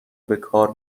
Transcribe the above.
بکار